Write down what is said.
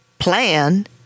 plan